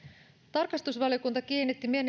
tarkastusvaliokunta kiinnitti